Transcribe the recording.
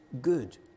good